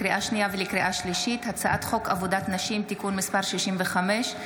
\ לקריאה שנייה ולקריאה שלישית: הצעת חוק עבודת נשים (תיקון מס' 65),